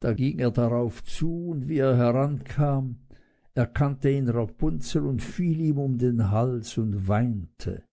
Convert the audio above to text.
da ging er darauf zu und wie er herankam erkannte ihn rapunzel und fiel ihm um den hals und weinte